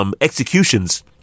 executions